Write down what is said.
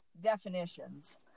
definitions